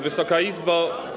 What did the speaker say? Wysoka Izbo!